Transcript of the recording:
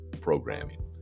programming